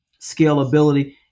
scalability